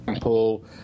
Paul